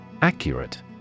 Accurate